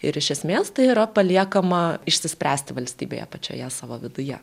ir iš esmės tai yra paliekama išsispręsti valstybėje pačioje savo viduje